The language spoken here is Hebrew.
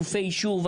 גופי אישור,